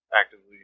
actively